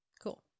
Cool